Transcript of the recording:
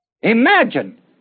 Imagine